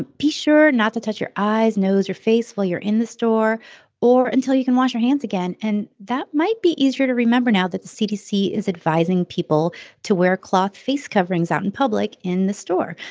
ah be sure not to touch your eyes, nose, your face while you're in the store or until you can wash your hands again. and that might be easier to remember now that the cdc is advising people to wear cloth face coverings out in public in the store.